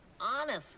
Honest